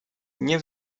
nie